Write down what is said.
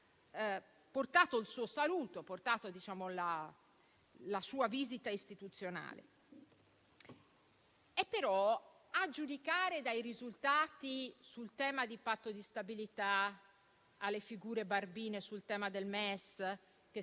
portato il suo saluto, la sua visita istituzionale. A giudicare, però, dai risultati sul tema del Patto di stabilità e dalle figure barbine sul tema del MES che